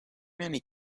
many